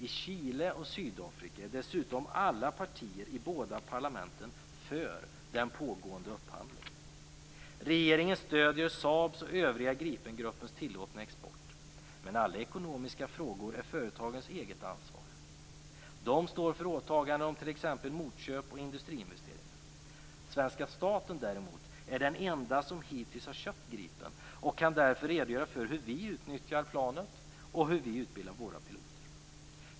I Chile och Sydafrika är dessutom alla partier i båda parlamenten för den pågående upphandlingen. Regeringen stöder Saabs och övriga Gripengruppens tillåtna export, men alla ekonomiska frågor är företagens eget ansvar. De står för åtagande om t.ex. motköp och industriinvesteringar. Svenska staten däremot är den enda som hittills har köpt Gripen och kan därför redogöra för om hur vi utnyttjar planet och hur vi utbildar våra piloter.